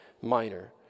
minor